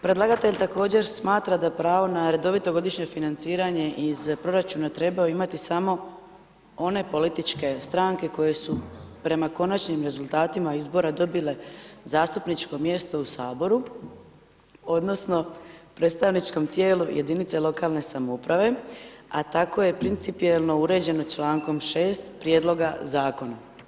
Predlagatelj također smatra da pravo na redovito godišnje financije iz proračuna trebaju imati smo one političke stranke koje su prema konačnim rezultatima izbora dobile zastupničko mjesto u saboru odnosno predstavničkom tijelu jedinice lokalne samouprave, a tako je principijelno uređeno člankom 6. prijedloga zakona.